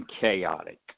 chaotic